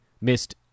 missed